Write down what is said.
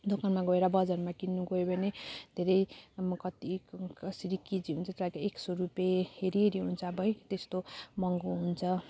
दोकानमा गएर बजारमा किन्नु गयो भने धेरै म कत्ति कसरी केजी हुन्छ एक सौ रुपियाँ हेरी हेरी हुन्छ अब है त्यस्तो महँगो हुन्छ